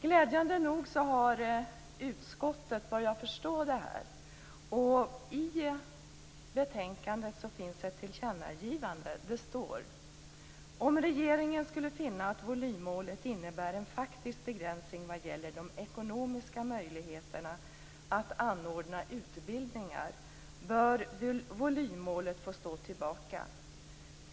Glädjande nog har utskottet börjat förstå det här. I betänkandet finns ett tillkännagivande. Utskottet skriver: Om regeringen skulle finna att volymmålet innebär en faktisk begränsning vad gäller de ekonomiska möjligheterna att anordna utbildningar bör volymmålet få stå tillbaka.